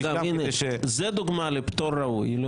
אז פשוט תעבור לגור שם ותיהנה מהעולם הנפלא של החיים ברמאללה,